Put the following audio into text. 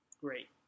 great